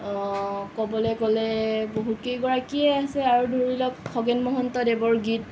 ক'বলৈ গলে বহুতকেইগৰাকীয়ে আছে আৰু ধৰি লওক খগেন মহন্তদেৱৰ গীত